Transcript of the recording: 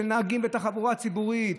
של נהגים בתחבורה הציבורית.